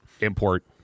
Import